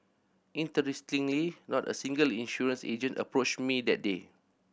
interestingly not a single insurance agent approached me that day